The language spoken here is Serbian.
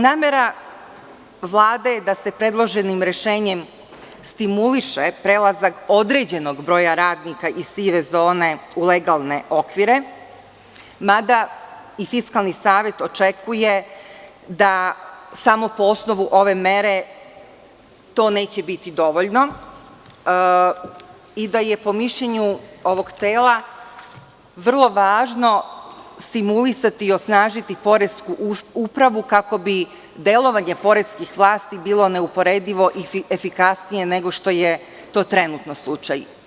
Namera Vlade je da se predloženim rešenjem stimuliše prelazak određenog broja radnika iz sive zone u legalne okvire, mada, i Fiskalni savet očekuje da samo po osnovu ove mere to neće biti dovoljno i da je, po mišljenju ovog tela, vrlo važno stimulisati i osnažiti poresku upravu, kako bi delovanje poreskih vlasti bilo neuporedivo efikasnije nego što je to trenutno slučaj.